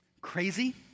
crazy